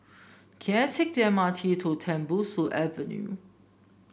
can I take the M R T to Tembusu Avenue